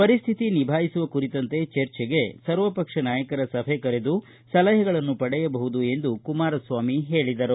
ಪರಿಸ್ಥಿತಿ ನಿಭಾಯಿಸುವ ಕುರಿತಂತೆ ಚರ್ಚೆಗೆ ಸರ್ವಪಕ್ಷ ನಾಯಕರ ಸಭೆ ಕರೆದು ಸಲಹೆಗಳನ್ನು ಪಡೆಯಬಹುದು ಎಂದು ಕುಮಾರಸ್ವಾಮಿ ಹೇಳಿದರು